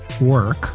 work